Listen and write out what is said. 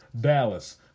Dallas